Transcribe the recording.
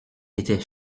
était